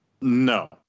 No